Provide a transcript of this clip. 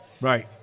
Right